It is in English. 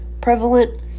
prevalent